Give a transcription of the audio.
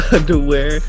Underwear